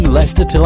Leicester